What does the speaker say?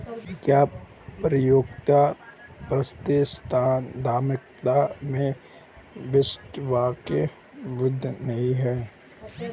कर प्रतियोगिता प्रतिस्पर्धात्मकता में वास्तविक वृद्धि नहीं है